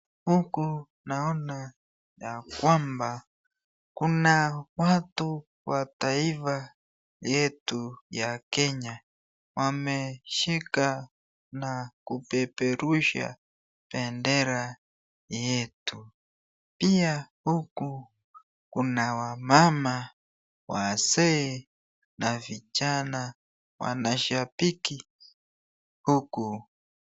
Haku naona ya kwamba ,kuna watu wa taifa yetu ya kenya ,wameshika na kupeperusha bendera yetu, pia huku kuna wamama ,wazee na vijana wanashabiki huku.